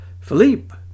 Philippe